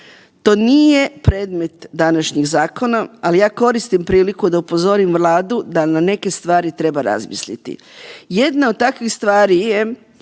To nije predmet današnjeg zakona, ali ja koristim priliku da upozorim Vladu da na neke stvari treba razmisliti. Jedna od takvih stvari je